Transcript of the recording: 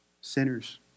sinners